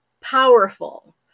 powerful